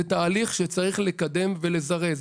זה תהליך שצריך לקדם ולזרז.